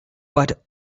but